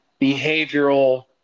behavioral